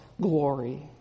glory